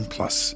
Plus